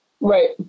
Right